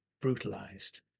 brutalized